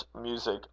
music